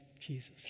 Jesus